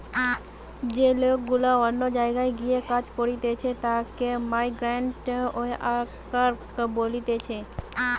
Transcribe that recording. যে লোক গুলা অন্য জায়গায় গিয়ে কাজ করতিছে তাকে মাইগ্রান্ট ওয়ার্কার বলতিছে